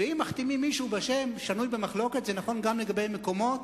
ואם מכתימים מישהו בשם "שנוי במחלוקת" זה נכון גם לגבי מקומות,